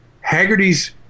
Haggerty's